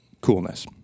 coolness